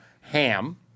ham